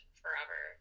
forever